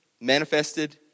manifested